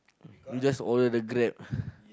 you just order the Grab